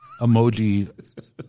emoji